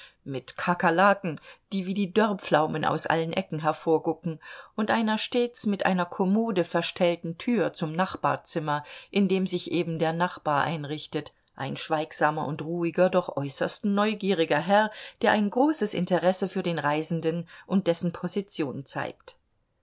mit kakerlaken die wie die dörrpflaumen aus allen ecken hervorgucken und einer stets mit einer kommode verstellten tür zum nachbarzimmer in dem sich eben der nachbar einrichtet ein schweigsamer und ruhiger doch äußerst neugieriger herr der ein großes interesse für den reisenden und dessen position zeigt